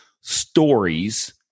stories